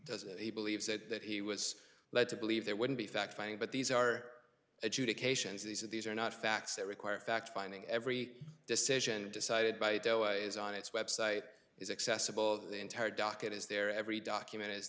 does he believe that that he was led to believe there wouldn't be fact finding but these are adjudications these are these are not facts that require a fact finding every decision decided by doe is on its website is accessible the entire docket is there every document is